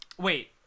wait